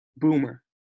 Boomer